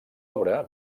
obra